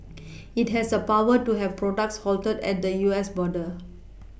it has the power to have products halted at the U S border